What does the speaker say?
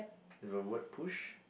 with a word push